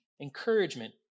encouragement